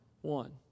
One